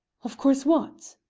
of course what?